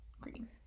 Green